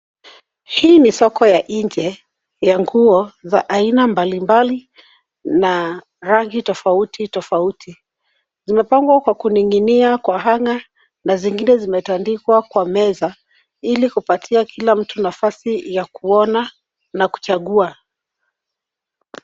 Hii ni soko ya nje ya nguo za aina mbalimbali na rangi tofauti, tofauti. Zimepangwa kwa kuning'inia kwa hanger na zingine zimetandikwa kwa meza, ili kupatia kila mtu nafasi ya kuona na kuchagua.